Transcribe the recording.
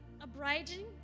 abridging